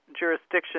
jurisdiction